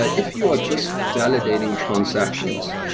but if you are just validating transactions,